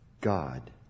God